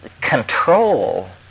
control